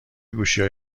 گوشیهای